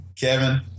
Kevin